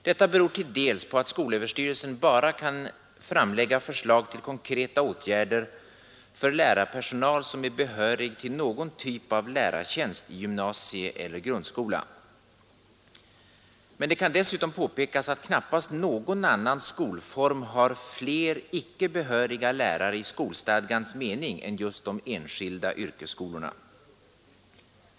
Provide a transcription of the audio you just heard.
Detta beror till dels på att skolöverstyrelsen bara kan framlägga förslag till konkreta åtgärder för lärarpersonal som är behörig till någon typ av lärartjänst i gymnasieeller grundskola. Men vi kan dessutom påpeka att knappast någon annan skolform har fler icke behöriga lärare i skolstadgans mening än just de enskilda yrkesskolorna.